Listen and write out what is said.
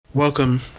Welcome